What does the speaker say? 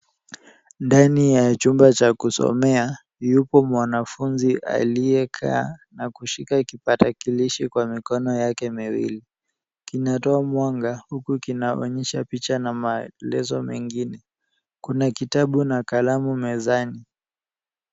Ndani ya chumba cha kusomea, yupo mwanafunzi aliyekaa na kushika kipakatakilishi kwa mikono yake miwili. Kinatoa mwanga huku kinaonyesha picha na maelezo mengine, kuna kitabu na kalamu mezani.